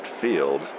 field